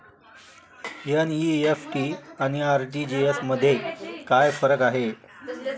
NEFT आणि RTGS मध्ये काय फरक आहे?